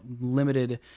limited